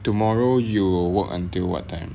tomorrow you will work until what time